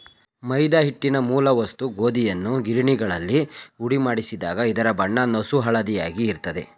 ಮೈದಾ ಹಿಟ್ಟಿನ ಮೂಲ ವಸ್ತು ಗೋಧಿಯನ್ನು ಗಿರಣಿಗಳಲ್ಲಿ ಹುಡಿಮಾಡಿಸಿದಾಗ ಇದರ ಬಣ್ಣವು ನಸುಹಳದಿಯಾಗಿ ಇರ್ತದೆ